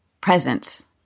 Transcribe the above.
presence